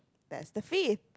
that's the fifth